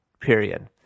period